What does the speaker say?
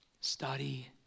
study